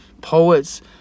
poets